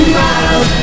miles